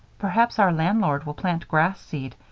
perhaps our landlord will plant grass seed.